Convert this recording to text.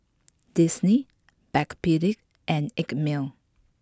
Disney Backpedic and Einmilk